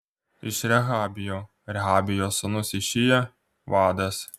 iš rehabijo rehabijo sūnus išija vadas